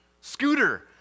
Scooter